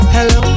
Hello